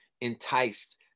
Enticed